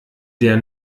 der